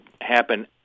happen